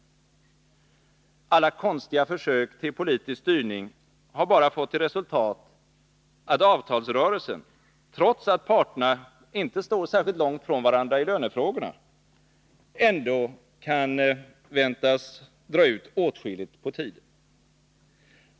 Alla konstiga försök till politisk styrning har bara fått till resultat att avtalsrörelsen, trots att parterna inte står särskilt långt ifrån varandra i lönefrågorna, ändå kan väntas dra ut åtskilligt på tiden.